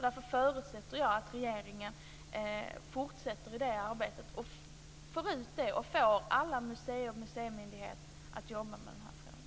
Därför förutsätter jag att regeringen fortsätter med det arbetet och får alla museer och museimyndigheter att jobba med den här frågan.